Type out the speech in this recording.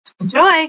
Enjoy